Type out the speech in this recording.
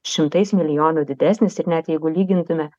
šimtais milijonų didesnis ir net jeigu lygintume